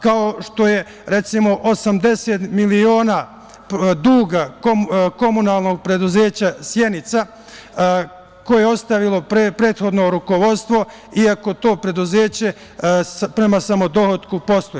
Kao što je, recimo, 80 miliona duga komunalnog preduzeća „Sjenica“ koje je ostavilo prethodno rukovodstvo, iako to preduzeće prema dohotku posluje.